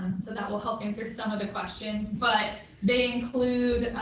and so that will help answer some of the questions, but they include